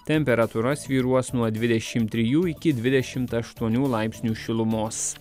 temperatūra svyruos nuo dvidešim trijų iki dvidešim aštuonių laipsnių šilumos